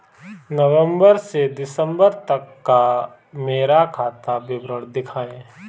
नवंबर से दिसंबर तक का मेरा खाता विवरण दिखाएं?